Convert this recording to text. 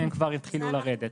והם כבר יתחילו לרדת.